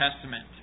Testament